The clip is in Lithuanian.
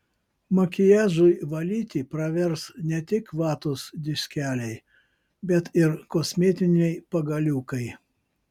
makiažui valyti pravers ne tik vatos diskeliai bet ir kosmetiniai pagaliukai